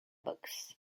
books